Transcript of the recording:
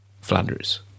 Flanders